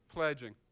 pledging.